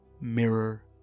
mirror